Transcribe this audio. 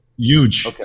Huge